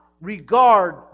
regard